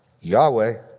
Yahweh